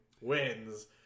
Wins